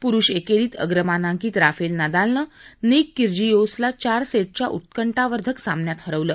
पुरुष एकेरीत अग्रमानांकित राफेल नादालनं निक किर्जियोसला चार सेट्सच्या उत्कंठावर्धंक सामन्यात हरवलं